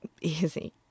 easy